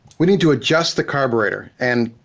we need to adjust the carburetor. and,